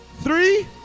three